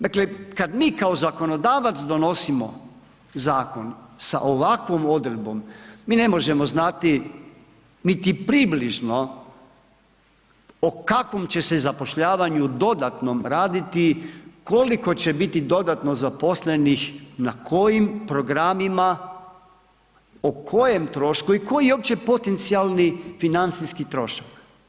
Dakle kada mi kao zakonodavac donosimo zakon sa ovakvom odredbom mi ne možemo znati niti približno o kakvom će se zapošljavanju dodatnom raditi, koliko će biti dodatno zaposlenih na kojim programima, o kojem trošku i koji je uopće potencijalni financijski trošak.